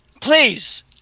please